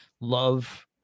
love